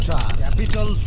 Capital